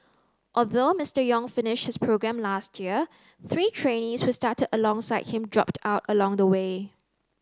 although Mister Yong finished his programme last year three trainees who started alongside him dropped out along the way